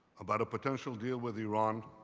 about a potential deal with iran